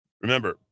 Remember